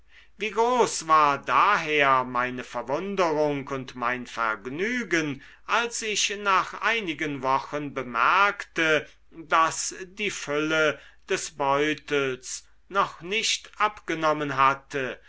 wie groß war daher meine verwunderung und mein vergnügen als ich nach einigen wochen bemerkte daß die fülle des beutels noch nicht abgenommen hatte